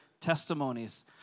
testimonies